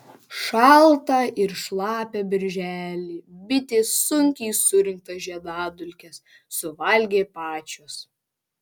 šaltą ir šlapią birželį bitės sunkiai surinktas žiedadulkes suvalgė pačios